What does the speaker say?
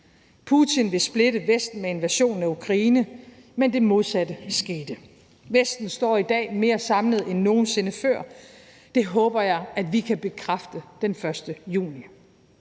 Putin vil splitte Vesten med invasionen af Ukraine, men det modsatte er sket. Vesten står i dag mere samlet end nogen sinde før. Det håber jeg at vi kan bekræfte den 1. juni.